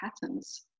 patterns